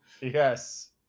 Yes